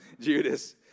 Judas